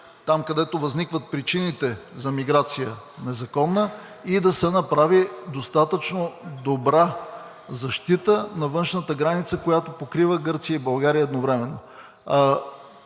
там, където възникват причините за незаконна миграция, и да се направи достатъчно добра защита на външната граница, която покрива Гърция и България едновременно.